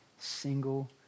Single